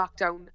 lockdown